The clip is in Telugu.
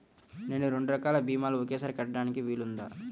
నేను రెండు రకాల భీమాలు ఒకేసారి కట్టడానికి వీలుందా?